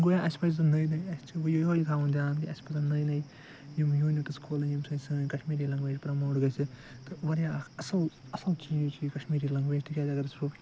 گویا اسہِ پَزَن نے نے اسہِ چھ وۄنۍ یہے تھاون دیان کہ اسہ چھِ نے نے یِم یوٗنِٹس کھولٕنۍ ییٚمہِ سۭتۍ سٲنۍ کَشمیٖری لَنٛگویج پرَموٹ گَژھِ تہٕ واریاہ اکھ اصل اصل چیٖز چھِ یہِ کَشمیٖری لَنٛگویج تکیازِ اگر أسۍ وٕچھو